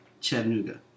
chattanooga